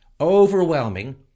Overwhelming